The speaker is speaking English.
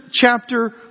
chapter